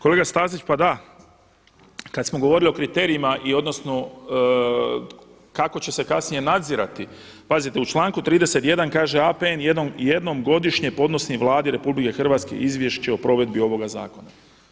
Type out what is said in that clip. Kolega Stazić, pa da, kada smo govorili o kriterijima i odnosno kako će se kasnije nadzirati, pazite u članku 31. kaže APN jednom godišnje podnosi Vladi RH izvješće o provedbi ovoga zakona.